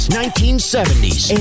1970s